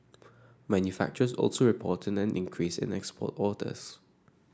manufacturers also reported an increase in export orders